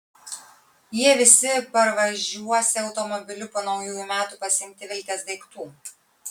jie visi parvažiuosią automobiliu po naujųjų metų pasiimti viltės daiktų